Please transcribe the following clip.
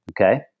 Okay